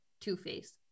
Two-Face